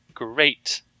Great